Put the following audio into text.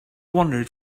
wandered